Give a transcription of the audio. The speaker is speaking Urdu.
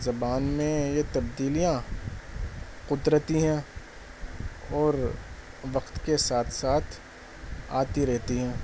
زبان میں یہ تبدیلیاں قدرتی ہیں اور وقت کے ساتھ ساتھ آتی رہتی ہیں